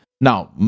Now